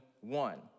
one